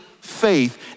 faith